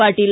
Patil